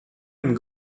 and